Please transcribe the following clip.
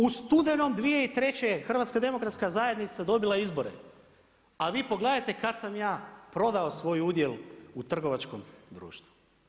U studenom 2003. je HDZ dobila izbore, a vi pogledajte kad sam ja prodao svoj udjel u trgovačkom društvu.